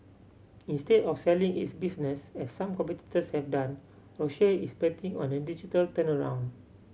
instead of selling its business as some competitors have done Roche is betting on a digital turnaround